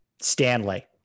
Stanley